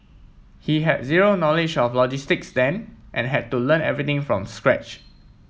he had zero knowledge of logistics then and had to learn everything from scratch